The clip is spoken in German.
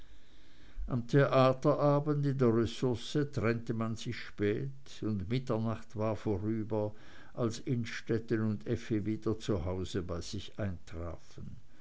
am theaterabend in der ressource trennte man sich spät und mitternacht war vorüber als innstetten und effi wieder zu hause bei sich eintrafen